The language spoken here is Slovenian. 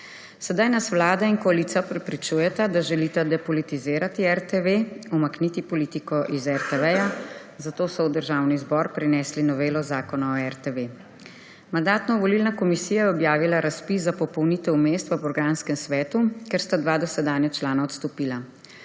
Sedaj nas vlada in koalicija preprečujeta, da želita depolitizirati RTV, umakniti politiko iz RTV, zato so v Državni zbor prenesli novelo zakona o RTV. Mandatno-volilna komisija je objavila razpis za popolnitev mest v programskem svetu, ker sta dva dosedanja člana odstopila.